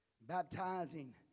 Baptizing